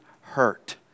hurt